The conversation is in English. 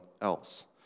else